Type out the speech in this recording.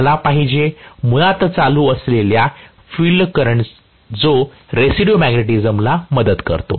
मला पाहिजे मुळात चालू असलेला फील्ड करंट जो रेसिड्यू मॅग्नेटिझमला मदत करतो